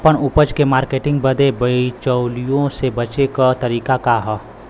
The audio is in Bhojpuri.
आपन उपज क मार्केटिंग बदे बिचौलियों से बचे क तरीका का ह?